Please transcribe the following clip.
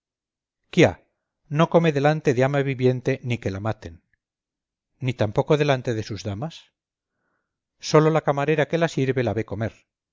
quiá no come delante de alma viviente ni que la maten ni tampoco delante de sus damas sólo la camarera que la sirve la ve comer